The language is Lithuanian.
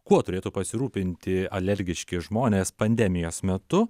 kuo turėtų pasirūpinti alergiški žmonės pandemijos metu